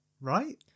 right